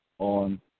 on